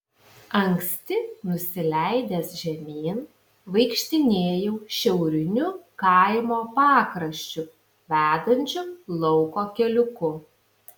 anksti nusileidęs žemyn vaikštinėjau šiauriniu kaimo pakraščiu vedančiu lauko keliuku